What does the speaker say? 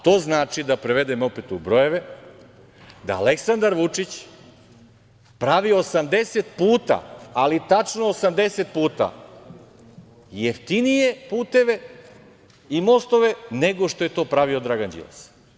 To znači, da prevedem opet u brojeve, da Aleksandar Vučić pravi 80 puta, ali tačno 80 puta jeftinije puteve i mostove nego što je to pravio Dragan Đilas.